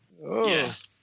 yes